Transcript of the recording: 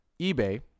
ebay